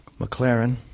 McLaren